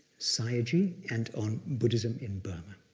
sayagyi and on buddhism in burma.